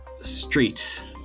Street